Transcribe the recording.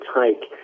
take